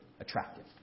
attractive